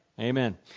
Amen